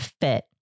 fit